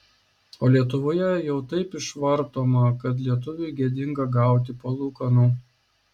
o lietuvoje jau taip išvartoma kad lietuviui gėdinga gauti palūkanų